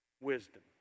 wisdom